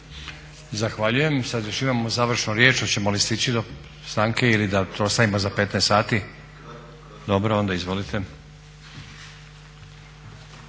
Zahvaljujem. Sad još imamo završnu riječ, hoćemo li stići do stanke ili da to ostavimo za 15,00 sati? … /Upadica se